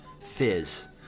fizz